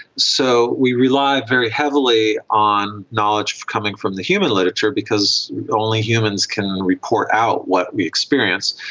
so we rely very heavily on knowledge coming from the human literature because only humans can report out what we experience.